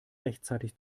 rechtzeitig